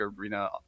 Arena